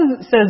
says